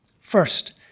First